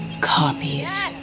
copies